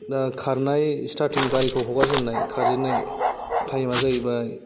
दा खारनाय स्टार्टिं गारिखौ हगारजेननाय खारजेन्नाय टाएमा जाहैबाय